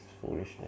foolishness